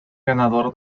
ganador